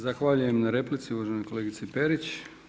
Zahvaljujem na replici uvaženoj kolegici Perić.